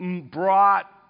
brought